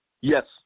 Yes